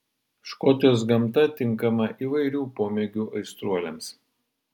škotijos gamta tinkama įvairių pomėgių aistruoliams